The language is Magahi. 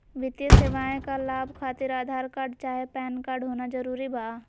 वित्तीय सेवाएं का लाभ खातिर आधार कार्ड चाहे पैन कार्ड होना जरूरी बा?